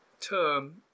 term